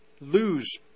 Lose